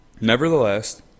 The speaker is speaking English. Nevertheless